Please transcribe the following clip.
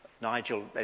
Nigel